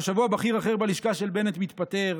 כל שבוע בכיר אחר בלשכה של בנט מתפטר.